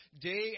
Day